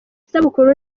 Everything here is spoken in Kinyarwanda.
isabukuru